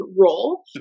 role